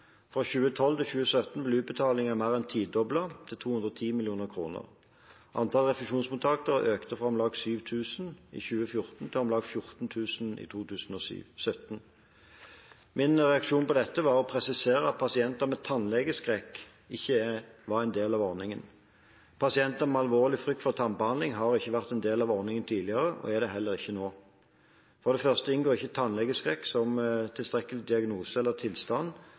Fra 2012 til 2017 ble utbetalingene mer enn tidoblet, til 210 mill. kr. Antall refusjonsmottakere økte fra om lag 7 000 i 2014 til om lag 14 000 i 2017. Min reaksjon på dette var å presisere at pasienter med tannlegeskrekk ikke var en del av ordningen. Pasienter med alvorlig frykt for tannbehandling har ikke vært en del av ordningen tidligere, og de er det heller ikke nå. For det første inngår ikke tannlegeskrekk som tilstrekkelig diagnose eller tilstand